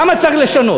למה צריך לשנות?